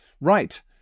right